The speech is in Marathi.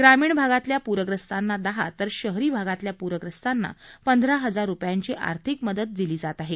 ग्रामीण भागातल्या पूरग्रस्तांना दहा तर शहरी भागातल्या पूरग्रस्तांना पंधरा हजार रुपयांची आर्थिक मदत दिली जात आहे